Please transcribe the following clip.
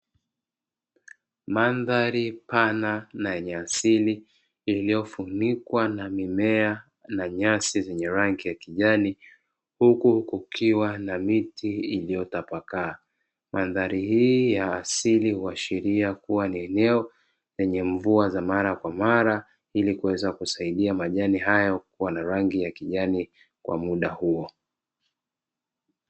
Mandhali pana na yenye asili iliyofunikwa na mimea na nyasi zenye rangi ya kijani huku kukiwa na miti iliyotapakaa. Mandhari hii ya asili huashiria kuwa ni eneo lenye mvua za mara kwa mara ili kuweza kusaidia majani hayo kuwa na rangi ya kijani kwa muda huo.